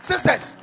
Sisters